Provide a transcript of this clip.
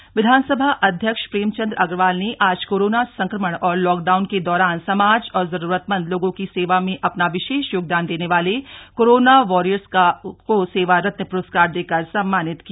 सेवा रत्न पुरस्कार विधानसभा अध्यक्ष प्रेम चन्द्र अग्रवाल ने आज कोरोना संक्रमण और लाक डाउन के दौरान समाज और जरूरतमंद लोगों की सेवा में अपना विशेष योगदान देने वाले कोरोना वारियर्स को सेवा रत्न पुरस्कार देकर सम्मानित किया